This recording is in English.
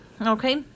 Okay